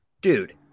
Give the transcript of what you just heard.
dude